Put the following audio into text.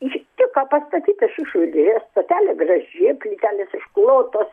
iš tik ką pastatyta šiukšlių dežė stotelė graži plytelės išklotos